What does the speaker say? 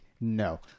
no